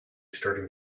starting